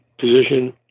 position